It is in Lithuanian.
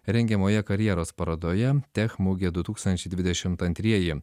rengiamoje karjeros parodoje tech mugė du tūkstančiai dvidešimt antrieji